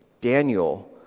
Daniel